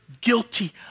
guilty